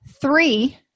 three